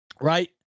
right